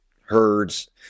herds